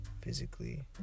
physically